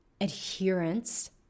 adherence